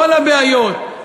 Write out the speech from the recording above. כל הבעיות,